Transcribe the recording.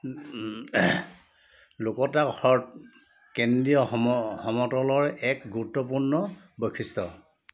লকটক হ্ৰদ কেন্দ্ৰীয় সম সমতলৰ এক গুৰুত্বপূৰ্ণ বৈশিষ্ট্য